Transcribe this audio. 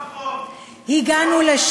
לא נכון.